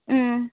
ம்